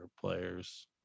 players